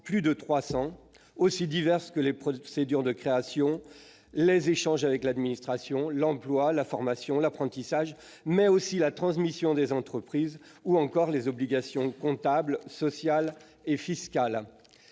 des domaines aussi divers que les procédures de création, les échanges avec l'administration, l'emploi, la formation et l'apprentissage, mais aussi la transmission des entreprises et les obligations comptables, sociales et fiscales.